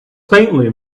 faintly